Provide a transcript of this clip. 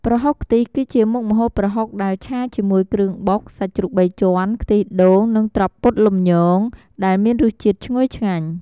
ប្រហុកខ្ទិះ គឺជាមុខម្ហូបប្រហុកដែលឆាជាមួយគ្រឿងបុក សាច់ជ្រូកបីជាន់ ខ្ទិះដូង និងត្រប់ពុតលំញង ដែលមានរសជាតិឈ្ងុយឆ្ងាញ់។